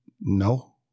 no